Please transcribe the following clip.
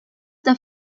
the